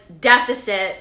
deficit